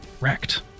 wrecked